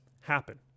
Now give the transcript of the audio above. happen